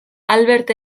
albert